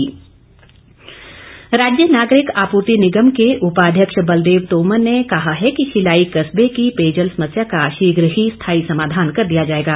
तोमर राज्य नागरिक आपूर्ति निगम के उपाध्यक्ष बलदेव तोमर ने कहा है कि शिलाई कस्बे की पेयजल समस्या का शीघ्र ही स्थाई समाधान कर दिया जाएगा